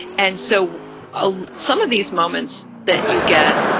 and so ah some of these moments that you get,